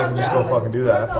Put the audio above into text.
just go fucking do that